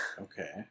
okay